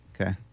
Okay